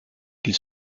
qu’il